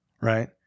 Right